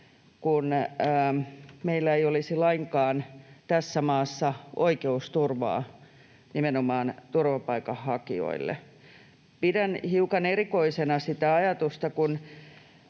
kuin meillä ei olisi lainkaan tässä maassa oikeusturvaa, nimenomaan turvapaikanhakijoille. Pidän hiukan erikoisena sitä ajatusta,